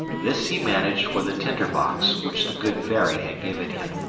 this he managed with a tinder-box, which the good fairy had given him.